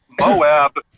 Moab